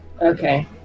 Okay